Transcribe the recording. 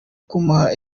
kumuha